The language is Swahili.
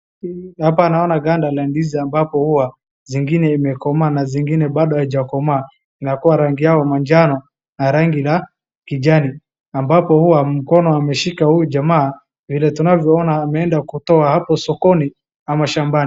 Hapa naona ganda la ndizi ambapo huwa zingine imekomaa na zingine bado haijakomaa na kuwa rangi yao majana na rangi la kijani. Ambapo huwa mkono ameshika huu jamaa vile tunavyoona ameenda kutoa hapo sokoni ama shambani.